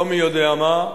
לא מי יודע מה,